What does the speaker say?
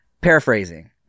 paraphrasing